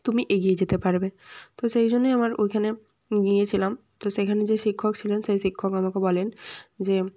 তুমি এগিয়ে যেতে পারবে তো সেই জন্যেই আমার ওইখানে গিয়েছিলাম তো সেখানে যে শিক্ষক ছিলেন সেই শিক্ষক আমাকে বলেন যে